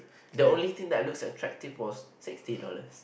the only thing that looked attractive was sixty dollars